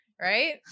right